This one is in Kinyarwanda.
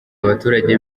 abaturage